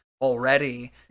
already